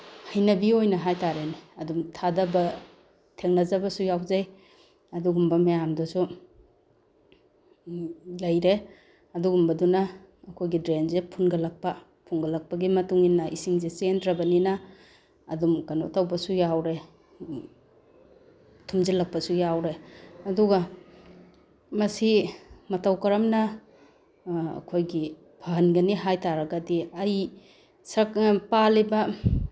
ꯍꯩꯅꯕꯤ ꯑꯣꯏꯅ ꯍꯥꯏ ꯇꯥꯔꯦꯅꯦ ꯑꯗꯨꯝ ꯊꯥꯗꯕ ꯊꯦꯡꯅꯖꯕꯁꯨ ꯌꯥꯎꯖꯩ ꯑꯗꯨꯒꯨꯝꯕ ꯃꯌꯥꯝꯗꯨꯁꯨ ꯂꯩꯔꯦ ꯑꯗꯨꯒꯨꯝꯕꯗꯨꯅ ꯑꯩꯈꯣꯏꯒꯤ ꯗ꯭ꯔꯦꯟꯁꯤ ꯐꯨꯡꯒꯠꯂꯛꯄ ꯐꯨꯡꯒꯠꯂꯛꯄꯒꯤ ꯃꯇꯨꯡꯏꯟꯅ ꯏꯁꯤꯡꯁꯦ ꯆꯦꯟꯗ꯭ꯔꯕꯅꯤꯅ ꯑꯗꯨꯝ ꯀꯩꯅꯣ ꯇꯧꯕꯁꯨ ꯌꯥꯎꯔꯦ ꯊꯨꯝꯖꯤꯜꯂꯛꯄꯁꯨ ꯌꯥꯎꯔꯦ ꯑꯗꯨꯒ ꯃꯁꯤ ꯃꯇꯧ ꯀꯔꯝꯅ ꯑꯩꯈꯣꯏꯒꯤ ꯐꯍꯟꯒꯅꯤ ꯍꯥꯏ ꯇꯥꯔꯒꯗꯤ ꯑꯩ ꯄꯥꯜꯂꯤꯕ